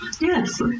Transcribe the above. Yes